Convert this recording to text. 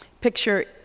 picture